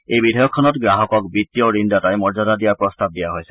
এই বিধেয়কখনত গ্ৰাহকক বিত্তীয় ঋণদাতাই মৰ্যদা দিয়াৰ প্ৰস্তাৱ দিয়া হৈছে